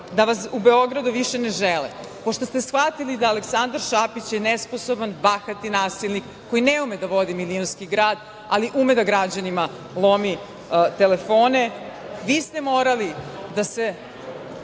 da vas u Beogradu više ne žele, pošto ste shvatili da Aleksandar Šapić je nesposoban, bahat i nasilnik koji ne ume da vodi milionski grad, ali ume da građanima lomi telefone, vi ste morali da se